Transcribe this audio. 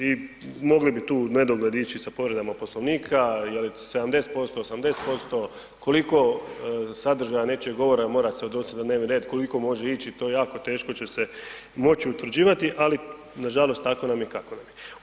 I mogli bi tu u nedogled ići sa povredama Poslovnika jel 70%, 80%, koliko sadržaja nečijeg govora mora se odnositi na dnevni red, koliko može ići, to je jako teško će se moći utvrđivati, ali nažalost tako nam je kako nam je.